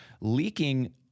leaking